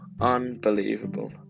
unbelievable